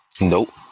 Nope